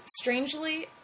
strangely